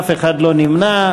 ואף אחד לא נמנע.